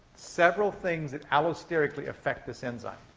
several things that allosterically affect this enzyme.